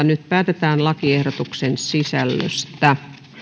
nyt päätetään lakiehdotuksen sisällöstä